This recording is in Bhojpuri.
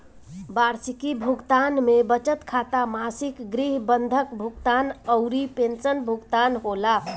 वार्षिकी भुगतान में बचत खाता, मासिक गृह बंधक भुगतान अउरी पेंशन भुगतान होला